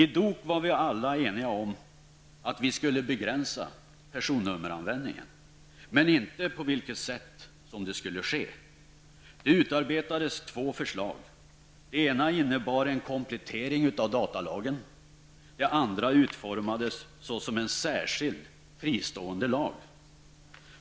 I DOK var vi alla eniga om att begränsa personnummeranvändningen, men inte på vilket sätt som det skulle ske. Två förslag utarbetades. Det ena innebar en komplettering av datalagen.